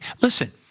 Listen